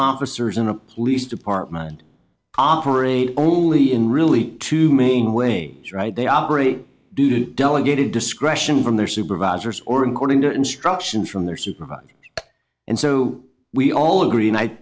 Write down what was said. officers in a police department are a no only in really to mean way is right they operate duty delegated discretion from their supervisors or according to instructions from their supervisor and so we all agree and i